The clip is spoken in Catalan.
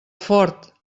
fort